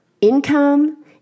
income